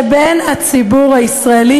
שבין הציבור הישראלי,